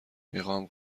میخواهم